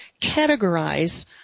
categorize